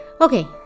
Okay